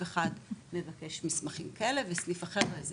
אחד מבקש מסמכים כאלו ובסעיף אחר משהו אחר,